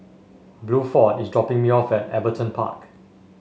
Bluford is dropping me off at Everton Park